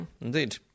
Indeed